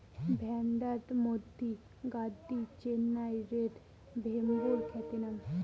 ভ্যাড়াত মধ্যি গাদ্দি, চেন্নাই রেড, ভেম্বুর খ্যাতিমান